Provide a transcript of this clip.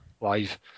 live